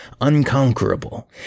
unconquerable